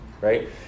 Right